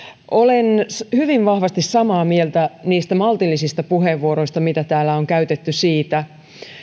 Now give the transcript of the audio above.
olen hyvin vahvasti samaa mieltä kuin on oltu niissä maltillisissa puheenvuoroissa mitä täällä on käytetty siitä